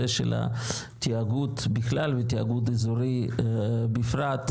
של התיאגוד בכלל ותיאגוד אזורי בפרט,